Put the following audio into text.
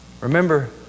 Remember